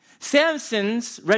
Samson's